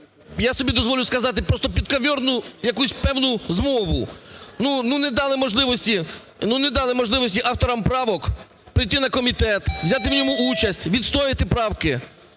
я собі дозволю сказати, просто підковьорну якусь певну змову. Ну не дали можливості авторам правок прийти на комітет, взяти в ньому участь, відстояти правки.